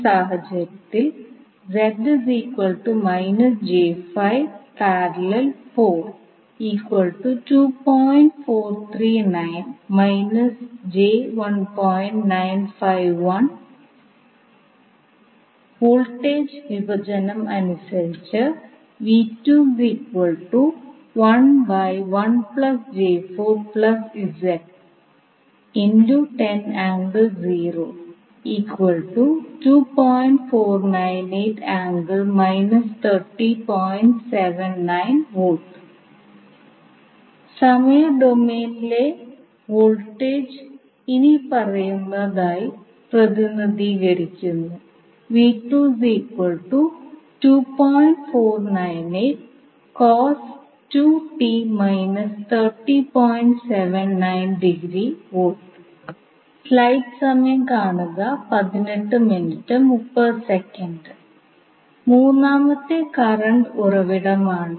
ഈ സാഹചര്യത്തിൽ വോൾട്ടേജ് വിഭജനം അനുസരിച്ച് സമയ ഡൊമെയ്നിലെ വോൾട്ടേജ് ഇനിപ്പറയുന്നതായി പ്രതിനിധീകരിക്കുന്നു മൂന്നാമത്തേത് കറണ്ട് ഉറവിടമാണ്